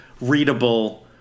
readable